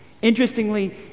interestingly